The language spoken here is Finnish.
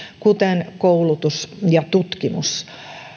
kuten koulutus ja tutkimus